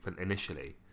initially